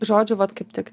žodžiu vat kaip tik